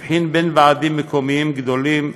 הבחין בין ועדים מקומיים גדולים,